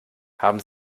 haben